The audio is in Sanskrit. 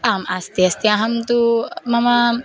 आम् अस्ति अस्ति अहं तु मम